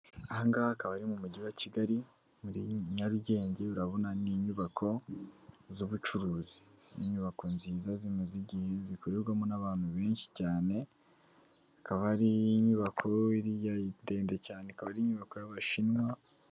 Aha ngaha akaba ari mu mujyi wa Kigali muri Nyarugenge, urabona n'inyubako z'ubucuruzi, ni inyubako nziza zimaze igihe zikorerwamo n'abantu benshi cyane, hakaba hari inyubako iriya ndende cyane ikaba ari inyubako y'abashinwa.